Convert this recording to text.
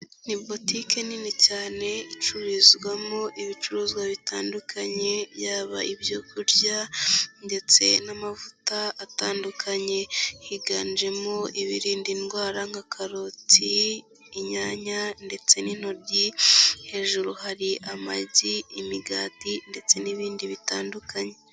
Ni botike nini cyane icururizwamo ibicuruzwa bitandukanye, yaba ibyo kurya ndetse n'amavuta atandukanye. Higanjemo ibinda indwara nka karoti, inyanya ndetse n'intoryi, hejuru hari amagi, imigati ndetse n'ibindi bitandukanye.